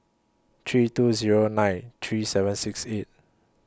three two Zero nine three seven six eight